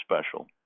special